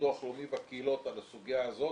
ביטוח לאומי והקהילות על הסוגיה הזאת,